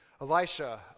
Elisha